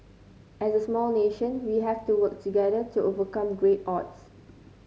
as a small nation we have to work together to overcome great odds